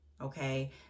okay